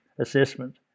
assessment